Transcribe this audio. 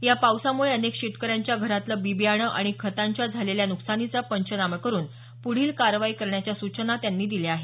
या पावसामुळे अनेक शेतकऱ्यांच्या घरातलं बी बियाणं आणि खतांच्या झालेल्या नुकसानीचा पंचनामा करुन पुढील कारवाई करण्याच्या सूचना त्यांनी दिल्या आहेत